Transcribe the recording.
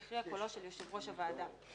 יכריע קולו של יושב ראש הוועדה.